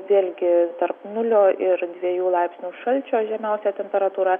vėlgi tarp nulio ir dviejų laipsnių šalčio žemiausia temperatūra